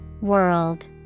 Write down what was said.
World